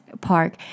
park